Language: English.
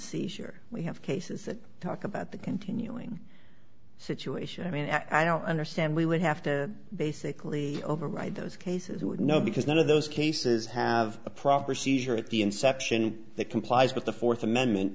seizure we have cases that talk about the continuing situation i mean i don't understand we would have to basically override those cases who would know because none of those cases have a proper seizure at the inception that complies with the fourth amendment